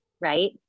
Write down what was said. Right